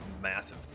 massive